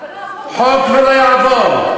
חוק ולא יעבור.